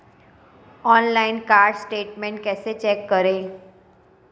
Online card statement कैसे check करें?